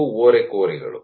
ಇವು ಓರೆಕೋರೆಗಳು